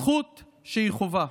זכות שהיא חובה.